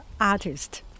artist